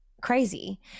crazy